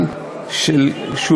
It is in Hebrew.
רגע, ובזה הם התחילו?